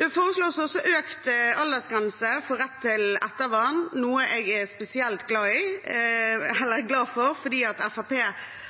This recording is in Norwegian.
Det foreslås også økt aldersgrense for rett til ettervern, noe jeg er spesielt glad for fordi Fremskrittspartiet har jobbet for